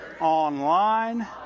online